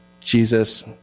Jesus